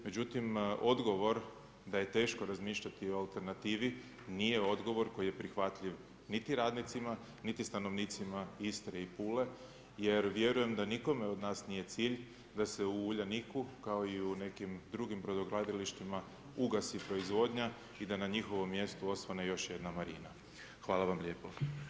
Međutim odgovor da je teško razmišljati o alternativi nije odgovor koji je prihvatljiv niti radnicima, niti stanovnicima Istre ni Pule jer vjerujem da nikome od nas nije cilj da se u Uljaniku, kao i u nekim drugim brodogradilištima ugasi proizvodnja i da na njihovu mjestu osvane još jedna marina, hvala vam lijepo.